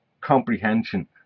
comprehension